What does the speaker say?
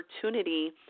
opportunity